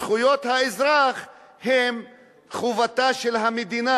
זכויות האזרח הן חובתה של המדינה.